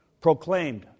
Proclaimed